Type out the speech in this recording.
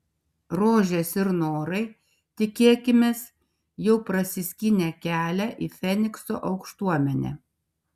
rožės ir norai tikėkimės jau prasiskynė kelią į fenikso aukštuomenę